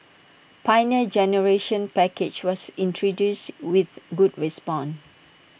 Pioneer Generation package was introduced with good response